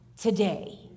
today